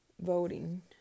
voting